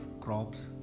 crops